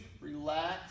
relax